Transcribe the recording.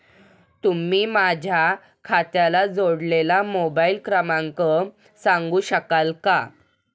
तुम्ही माझ्या खात्याला जोडलेला मोबाइल क्रमांक सांगू शकाल का?